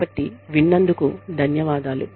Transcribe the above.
కాబట్టి విన్నందుకు ధన్యవాదాలు